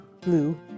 Blue